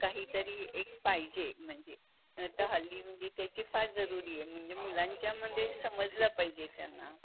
काही तरी एक पाहिजे म्हणजे नाही तर हल्ली म्हणजे त्याची फार जरुरी आहे म्हणजे मुलांच्यामध्ये समजलं पाहिजे त्यांना